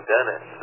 Dennis